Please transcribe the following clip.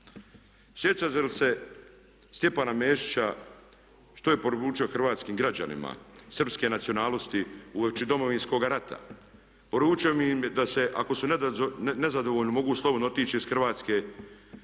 Sjećate li se Stjepana Mesića što je poručio hrvatskim građanima srpske nacionalnosti uoči Domovinskoga rada? Poručio im je da ako su nezadovoljni mogu slobodno otići iz Hrvatske uz pripomenu